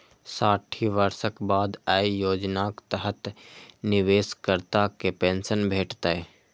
साठि वर्षक बाद अय योजनाक तहत निवेशकर्ता कें पेंशन भेटतै